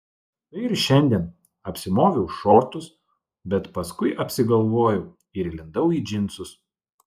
štai ir šiandien apsimoviau šortus bet paskui apsigalvojau ir įlindau į džinsus